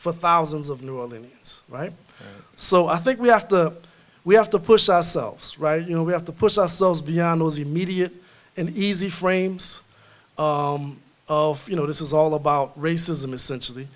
for thousands of new orleans right so i think we have to we have to push ourselves right you know we have to push ourselves beyond those immediate and easy frames of you know this is all about racism essentially